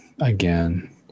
again